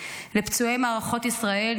לפצועי מערכות ישראל,